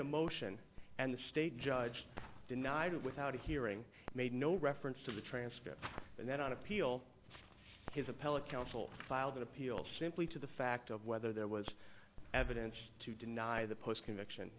a motion and the state judge denied it without a hearing made no reference to the transcript and then on appeal his appellate counsel filed an appeal simply to the fact of whether there was evidence to deny the post conviction